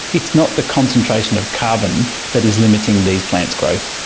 it's not the concentration of carbon that is limiting these plants' growth.